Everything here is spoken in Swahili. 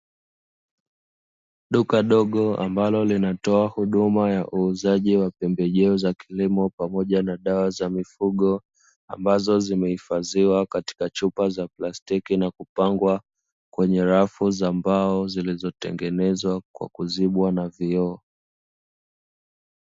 Duka dogo ambalo linatoa huduma ya uuzaji wa pembejeo za kilimo pamoja na dawa za mifugo, ambazo zimehifadhiwa katika chupa za plastiki na kupangwa kwenye rafu za mbao zilizotengenezwa kwa kuzibwa na vioo.